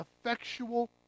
effectual